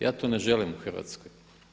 Ja to ne želim u Hrvatskoj.